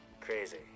Crazy